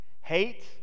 Hate